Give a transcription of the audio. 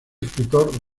escritor